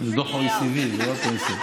זה דוח ה-OECD, זה לא הפנסיות.